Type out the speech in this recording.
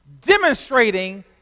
demonstrating